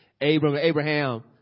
Abraham